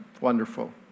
wonderful